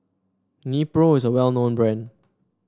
nepro is a well known brand